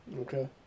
Okay